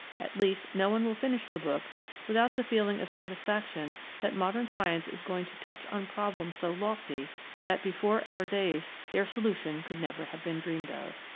at least no one will finish the book without the feeling of satisfaction that modern science is going to touch on problems so lofty that before our days their solution could never have been dreamed of.